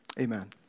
amen